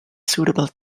suitable